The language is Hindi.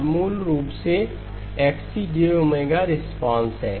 और मूल रूप से यह c Xc jΩ ¿रिस्पांस है